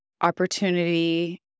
opportunity